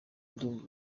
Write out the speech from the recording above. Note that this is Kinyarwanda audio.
ndumva